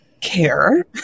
care